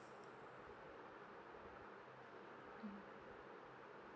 mm